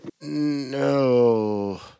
No